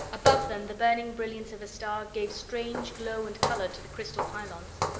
above them, the burning brilliance of a star gave strange glow and color to the crystal pylons.